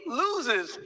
loses